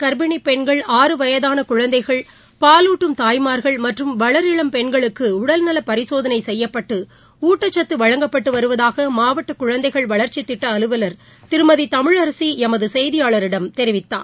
காப்பினிப் பெண்கள் ஆறு வயதானகுழந்தைகள் பாலூட்டும் தாய்மார்கள் மற்றும் வளர் பெண்கள் இளம் உடல்நலபரிசோதனைசெய்யப்பட்டுஊட்டுச்சத்துவழங்கப்பட்டுவருவதாகமாவட்டகுழந்தைகள் வளா்ச்சித் திட்டஅலுவலர் திருமதிதமிழரசிளமதுசெய்தியாளரிடம் தெரிவித்தார்